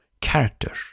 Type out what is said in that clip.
character